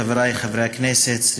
חבריי חברי הכנסת,